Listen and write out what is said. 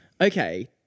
okay